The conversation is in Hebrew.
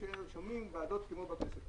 כששומעים ועדות כמו בכנסת,